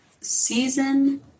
Season